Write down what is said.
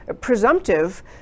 presumptive